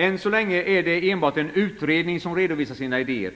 Än så länge är det enbart en utredning som redovisar sina idéer.